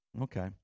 okay